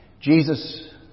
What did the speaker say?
Jesus